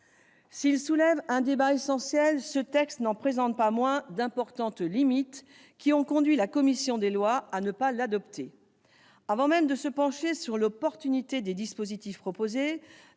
S'il soulève un débat essentiel, ce texte n'en présente pas moins d'importantes limites, qui ont conduit la commission des lois à ne pas l'adopter. Avant même de se pencher sur l'opportunité des dispositifs proposés,